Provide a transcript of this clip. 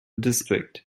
district